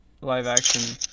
live-action